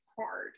hard